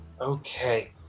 Okay